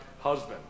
husband